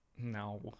no